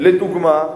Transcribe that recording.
לדוגמה,